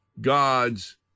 God's